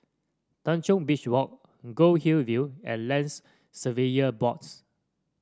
Tanjong Beach Walk Goldhill View and Lands Surveyor Boards